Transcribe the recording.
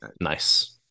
Nice